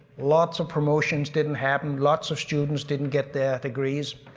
lots of promotions didn't happen, lots of students didn't get their degrees,